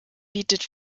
bietet